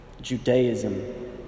Judaism